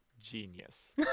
genius